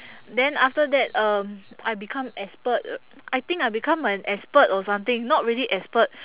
then after that um I become expert uh I think I become an expert or something not really expert